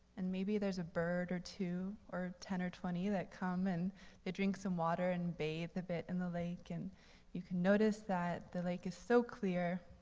and maybe there's a bird or two or ten or twenty that come and they drink some water and bathe a bit in the lake. and you can notice that the lake is so clear.